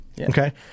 Okay